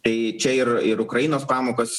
tai čia ir ir ukrainos pamokos